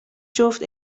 جفت